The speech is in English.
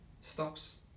stops